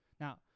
Now